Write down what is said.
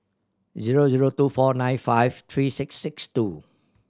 zero zero two four nine five three six six two